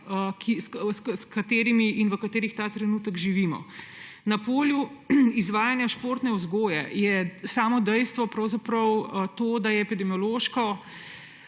s katerimi in v katerih ta trenutek živimo. Na polju izvajanja športne vzgoje je dejstvo to, da so epidemiološko